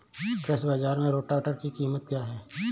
कृषि बाजार में रोटावेटर की कीमत क्या है?